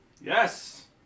Yes